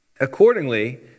Accordingly